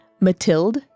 Mathilde